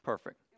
Perfect